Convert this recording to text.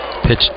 Pitch